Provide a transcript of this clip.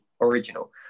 original